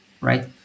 right